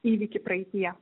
įvykį praeityje